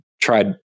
tried